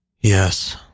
Yes